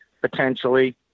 potentially